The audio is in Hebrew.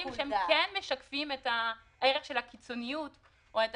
שכן משקפים את הערך של הקיצוניות או את